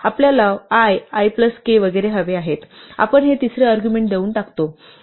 आपल्याला i ik वगैरे हवे आहेत आपण हे तिसरे अर्ग्युमेण्ट देऊन करतो